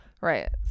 Right